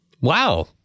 Wow